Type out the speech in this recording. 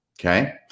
Okay